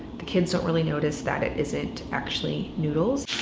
the kids don't really notice that it isn't actually noodles.